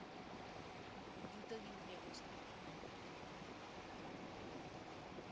ᱡᱩᱫᱟᱹᱜᱤᱧ ᱵᱮᱵᱚᱥᱛᱷᱟ ᱟᱠᱟᱫ ᱠᱚᱣᱟ